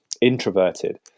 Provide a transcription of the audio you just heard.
introverted